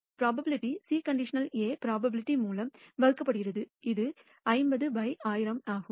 P C | A probability மூலம் வகுக்கப்படுகிறது இது 50 by 1000 ஆகும்